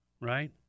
right